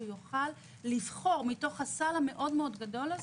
שיוכלו לבחור מתוך הסל המאוד מאוד גדול הזה,